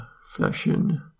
session